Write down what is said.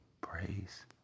Praise